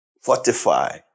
fortify